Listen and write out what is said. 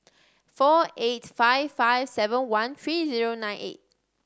four eight five five seven one three zero nine eight